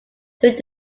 through